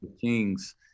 King's